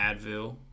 Advil